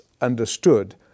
understood